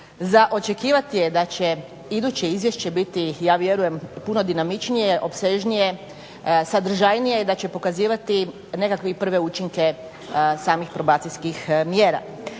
Za očekivati je da će iduće izvješće biti ja vjerujem puno dinamičnije, opsežnije, sadržajnije i da će pokazivati nekakve prve učinke samih probacijskih mjera.